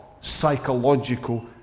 psychological